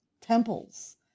temples